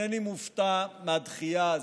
מהדחייה הזאת.